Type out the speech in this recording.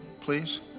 please